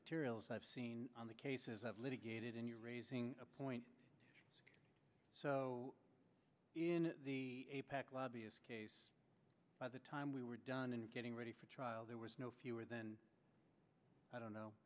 materials i've seen on the cases of litigated and you're raising a point so in a packed lobbyist case by the time we were done in getting ready for trial there was no fewer than i don't know